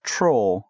Troll，